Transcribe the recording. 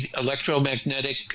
electromagnetic